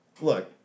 look